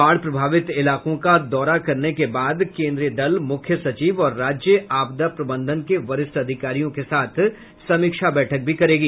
बाढ प्रभावित इलाकों का दौरा करने के बाद केन्द्रीय दल मुख्य सचिव और राज्य आपदा प्रबंधन के वरिष्ठ अधिकारियों के साथ समीक्षा बैठक करेगा